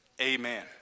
Amen